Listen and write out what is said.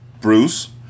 Bruce